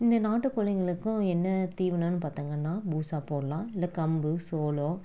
இந்த நாட்டுக் கோழிங்களுக்கும் என்ன தீவனம்ன்னு பார்த்திங்கன்னா பூசா போடலாம் இல்லை கம்பு சோளம்